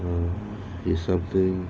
is something